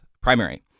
primary